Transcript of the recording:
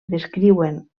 descriuen